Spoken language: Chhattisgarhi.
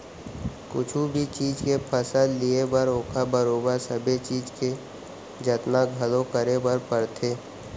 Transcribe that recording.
कुछु भी चीज के फसल लिये बर ओकर बरोबर सबे चीज के जतन घलौ करे बर परथे